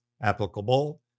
applicable